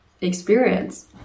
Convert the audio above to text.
experience